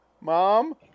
mom